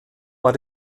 war